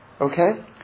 Okay